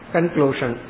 Conclusion